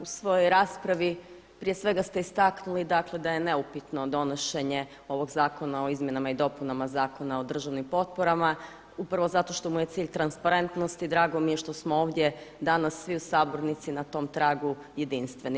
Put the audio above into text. U svojoj raspravi prije svega ste istaknuli da je neupitno donošenje ovog Zakona o izmjenama i dopunama Zakona o državnim potporama upravo zato što mu je cilj transparentnost i drago mi je što smo ovdje danas svi u sabornici na tom tragu jedinstveni.